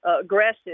aggressive